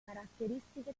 caratteristiche